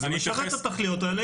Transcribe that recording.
זה משרת את התכליות האלה,